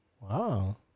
Wow